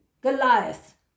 Goliath